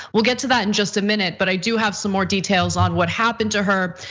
we'll get to that in just a minute, but i do have some more details on what happened to her.